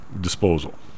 disposal